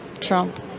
Trump